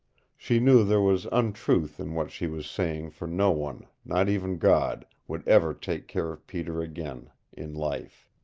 she knew there was untruth in what she was saying for no one, not even god, would ever take care of peter again in life.